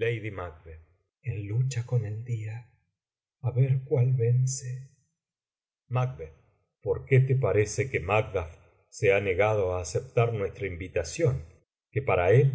la noche en lucha con el día á ver cual vence por qué te parece que macduff se ha negado á aceptar nuestra invitación que para él